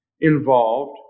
involved